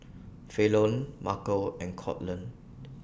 Falon Marco and Courtland